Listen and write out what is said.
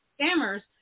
scammers